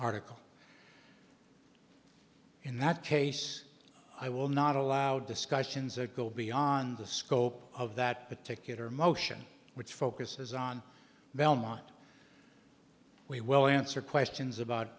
article in that case i will not allow discussions or go beyond the scope of that particular motion which focuses on belmont we will answer questions about